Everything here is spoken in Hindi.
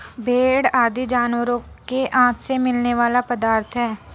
भेंड़ आदि जानवरों के आँत से मिलने वाला पदार्थ है